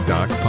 Doc